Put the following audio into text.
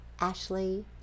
Ashley